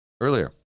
earlier